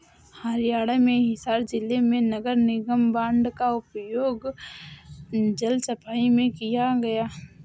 हरियाणा में हिसार जिले में नगर निगम बॉन्ड का उपयोग जल सफाई में किया गया